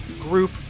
group